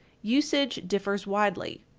usage differs widely.